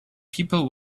people